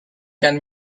can